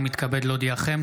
אני מתכבד להודיעכם,